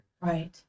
Right